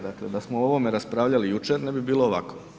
Dakle, da smo o ovome raspravljali jučer ne bi bilo ovako.